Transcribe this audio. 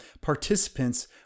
participants